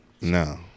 No